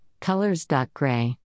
colors.gray